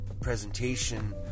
presentation